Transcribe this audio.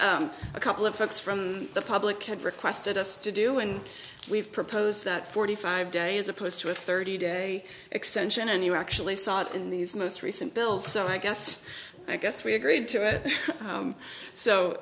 a couple of folks from the public had requested us to do and we've proposed that forty five day as opposed to a thirty day extension and you actually saw that in these most recent bills so i guess i guess we agreed to it